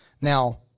Now